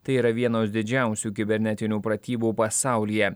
tai yra vienos didžiausių kibernetinių pratybų pasaulyje